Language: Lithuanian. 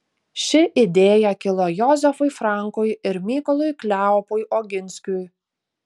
ši idėja kilo jozefui frankui ir mykolui kleopui oginskiui